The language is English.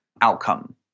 outcome